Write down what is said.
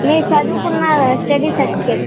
మీరు చదువుకున్న study certificate